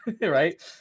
right